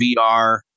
VR